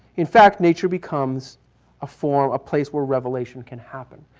in fact nature becomes a form, a place where revelation can happen.